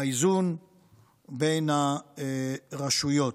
האיזון בין הרשויות.